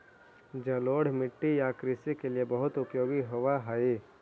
जलोढ़ मिट्टी या कृषि के लिए बहुत उपयोगी होवअ हई